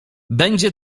będzie